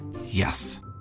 Yes